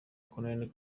col